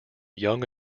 young